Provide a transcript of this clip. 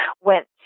went